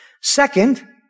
Second